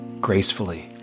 gracefully